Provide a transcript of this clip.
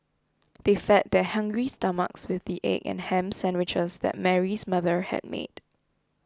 they fed their hungry stomachs with the egg and ham sandwiches that Mary's mother had made